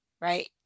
right